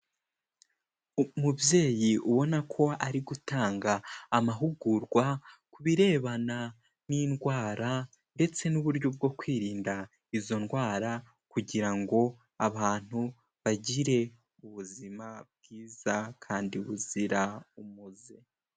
Umubyeyi ubona ko ari gutanga amahugurwa ku birebana n'indwara ndetse n'uburyo bwo kwirinda izo ndwara kugira ngo abantu bagire ubuzima bwiza kandi buzira umuze.